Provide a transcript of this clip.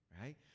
right